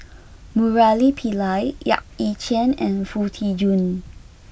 Murali Pillai Yap Ee Chian and Foo Tee Jun